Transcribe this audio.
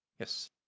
Yes